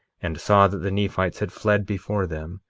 and saw that the nephites had fled before them,